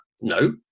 No